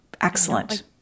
excellent